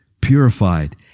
purified